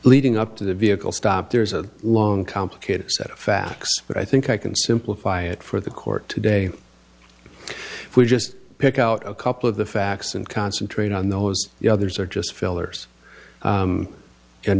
leading up to the vehicle stop there's a long complicated set of facts but i think i can simplify it for the court today if we just pick out a couple of the facts and concentrate on those the others are just fillers